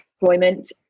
employment